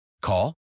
Call